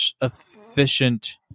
efficient